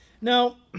Now